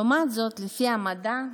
לעומת זאת, לפי המדע,